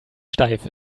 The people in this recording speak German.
steif